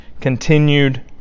continued